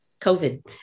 COVID